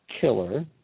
killer